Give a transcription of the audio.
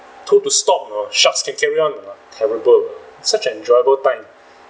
told to stop you know shucks carry on or not terrible such an enjoyable time